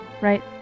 Right